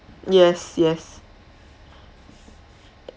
yes yes